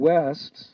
West